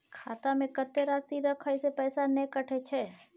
खाता में कत्ते राशि रखे से पैसा ने कटै छै?